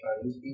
Chinese